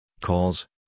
calls